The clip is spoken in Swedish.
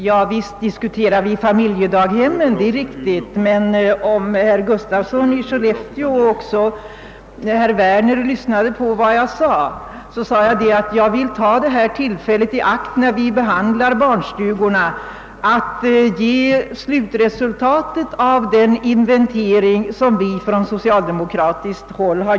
Herr talman! Ja, det är riktigt att vi nu diskuterar familjedaghemmen, men om herr Gustafsson i Skellefteå och herr Werner hade lyssnat ordentligt på mig hade de uppfattat att jag sade att jag ville ta tillfället i akt — när vi nu behandlar frågan om barnstugorna — att meddela slutresultatet av den inventering som vi har gjort på socialdemokratiskt håll.